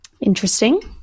interesting